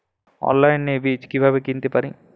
অনলাইনে বীজ কীভাবে কিনতে পারি?